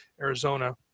Arizona